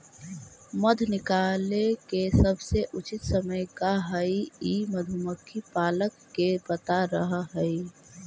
मध निकाले के सबसे उचित समय का हई ई मधुमक्खी पालक के पता रह हई